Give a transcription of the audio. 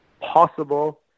possible